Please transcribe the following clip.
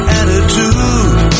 attitude